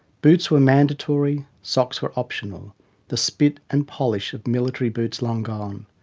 boots were mandatory, socks were optional the spit and polish of military boots long gone.